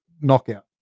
knockout